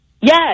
Yes